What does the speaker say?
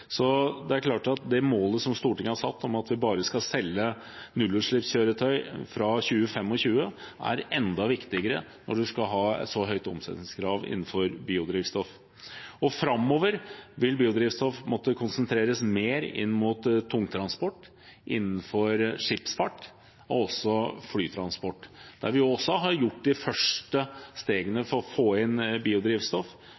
Det er klart at målet Stortinget har satt om at vi bare skal selge nullutslippskjøretøy fra 2025, er enda viktigere når man skal ha et så høyt omsetningskrav innenfor biodrivstoff. Framover vil biodrivstoff måtte konsentreres mer inn mot tungtransport, inn mot skipsfart og flytransport. Der har vi